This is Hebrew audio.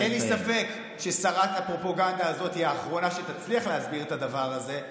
אין לי ספק ששרת הפרופגנדה הזאת היא האחרונה שתצליח להסביר את הדבר הזה.